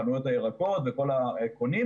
חנויות הירקות וכל הקונים,